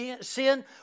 sin